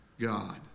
God